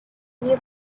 new